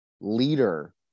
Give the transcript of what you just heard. leader